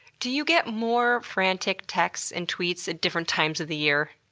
do you get more frantic texts and tweets at different times of the year?